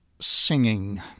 singing